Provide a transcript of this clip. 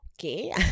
Okay